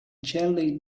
jelly